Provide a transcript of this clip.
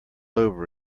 over